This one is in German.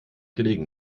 gelegen